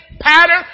pattern